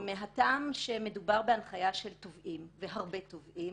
מכיוון שמדובר בהנחיה של תובעים, הרבה תובעים,